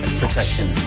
protection